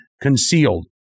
concealed